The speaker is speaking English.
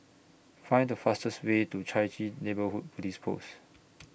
Find The fastest Way to Chai Chee Neighbourhood Police Post